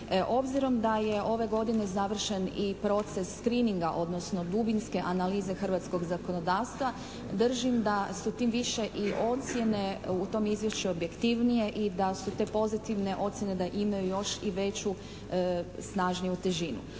Obzirom da je ove godine završen i proces «screeninga» odnosno dubinske analize hrvatskog zakonodavstva držim da su tim više i ocjene u tom izvješću objektivnije i da su te pozitivne ocjene da imaju još i veću, snažniju težinu.